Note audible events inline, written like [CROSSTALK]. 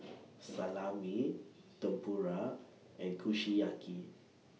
[NOISE] Salami Tempura and Kushiyaki